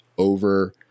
over